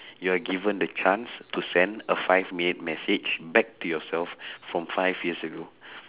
you are given a chance to sent a five minute message to yourself from five years ago